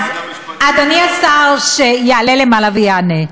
אז אדוני השר שיעלה ויענה,